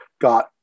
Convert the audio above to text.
got